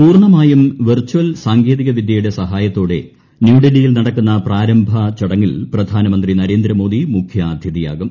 പൂർണമായും വിർചൽ സാങ്കേതികവിദ്യയുടെ സഹായത്തോടെ ന്യൂഡൽഹിയിൽ നടക്കുന്ന പ്രാരംഭചടങ്ങിൽ പ്രധാനമന്ത്രി നരേന്ദ്രമോദി മുഖ്യാതിഥിയാകും